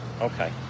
Okay